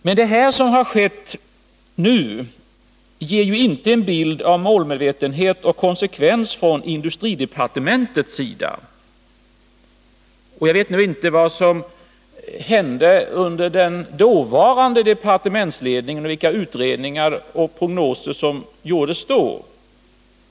Men det som nu har skett har ju inte gett en bild av målmedvetenhet och konsekvens från industridepartementets sida. Jag vet inte vad som hände under den dåvarande departementsledningen och vilka utredningar och prognoser som gjordes.